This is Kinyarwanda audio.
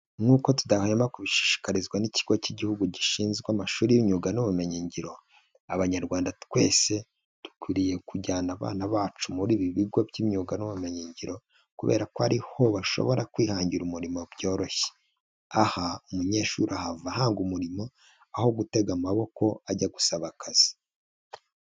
Nk'uko tudahwema kubishishikarizwa n'ikigo cy'igihugu gishinzwe amashuri y'imyuga n'ubumenyingiro, abanyarwanda twese dukwiriye kujyana abana bacu muri ibi bigo by'imyuga n'ubumenyiyingiro, kubera ko ariho bashobora kwihangira umurimo byoroshye. Aha umunyeshuri ahava ahanga umurimo, aho gutega amaboko ajya gusaba akazi.